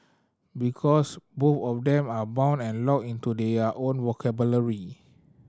because both of them are bound and locked into their own vocabulary